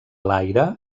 l’aire